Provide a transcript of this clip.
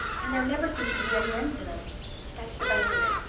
and there never seems to be any end to them that's the best of it.